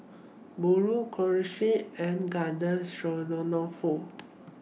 Burrito Kushikatsu and Garden